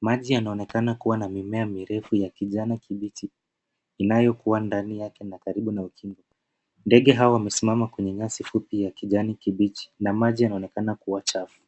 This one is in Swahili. Maji yanaonekana kua na mimea mirefu ya kijani kibichi, inayokua ndani yake na karibu na ukingo. Ndege hawa wamesimama kwenye nyasi fupi ya kijani kibichi, na maji yanaonekana kua chafu.